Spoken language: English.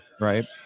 right